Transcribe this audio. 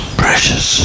precious